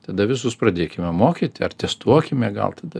tada visus pradėkime mokyti ar testuokime gal tada